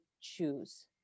choose